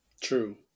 True